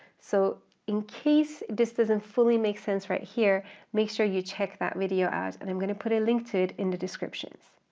so in case this doesn't fully make sense right here make sure you check that video out and i'm going to put a link to it in the descriptions.